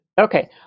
Okay